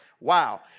wow